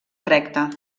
recta